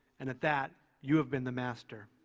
and at that you have been the master.